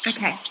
Okay